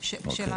ורשאי